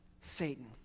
Satan